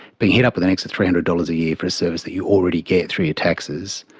being hit up with an extra three hundred dollars a year so that you already get through your taxes,